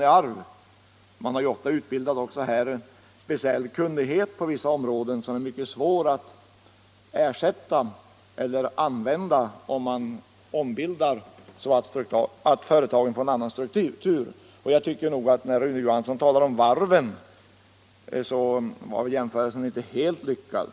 Man har inom dessa företag utbildat en speciell kunnighet på vissa områden, som är mycket svår att ersätta eller använda om företagen ombildas så att de får en annan struktur. När Rune Johansson talade om varven tyckte jag inte att den jämförelsen var helt lyckad.